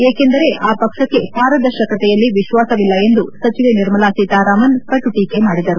ಏಕೆಂದರೆ ಆ ಪಕ್ಷಕ್ಕೆ ಪಾರದರ್ಶಕತೆಯಲ್ಲಿ ವಿಶ್ವಾಸವಿಲ್ಲ ಎಂದು ಸಚಿವೆ ನಿರ್ಮಲಾ ಸೀತಾರಾಮನ್ ಕಟು ಟೀಕೆ ಮಾಡಿದರು